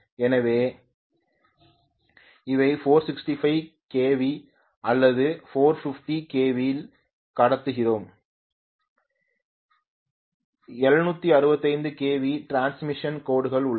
எனவே இதை 465 kV அல்லது 450 kV இல் கடத்துகிறோம் 765 kV டிரான்ஸ்மிஷன் கோடுகள் உள்ளன